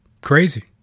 crazy